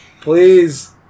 please